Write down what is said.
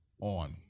On